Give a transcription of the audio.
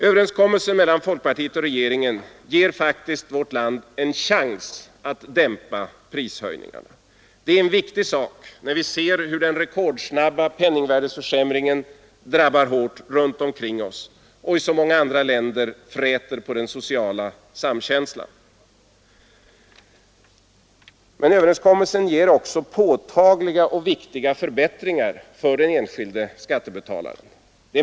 Överenskommelsen mellan folkpartiet och regeringen ger vårt land en chans att dämpa prishöjningarna. Det är en viktig sak när vi ser hur den rekordsnabba penningvärdeförsämringen drabbar hårt runt omkring oss och dessutom i så många länder fräter på den sociala samkänslan. Men överenskommelsen ger också påtagliga och viktiga förbättringar för den enskilde skattebetalaren.